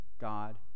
God